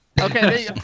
Okay